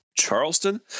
Charleston